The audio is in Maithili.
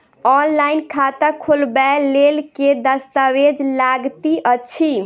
ऑनलाइन खाता खोलबय लेल केँ दस्तावेज लागति अछि?